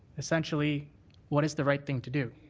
essentially what is the right thing to do?